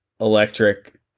electric